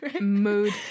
Mood